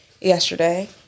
yesterday